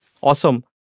Awesome